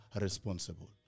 responsible